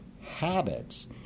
habits